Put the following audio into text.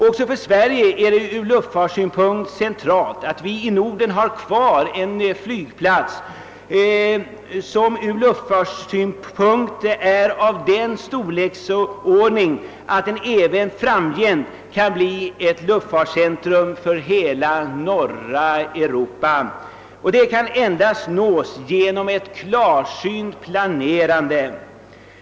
Även för Sverige är det ur luftfartssynpunkt centralt att vi i Norden har kvar en flygplats av den storleksordningen att den även framgent blir ett centrum för hela norra Europa. Detta kan endast uppnås genom ett klarsynt planerande.